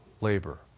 labor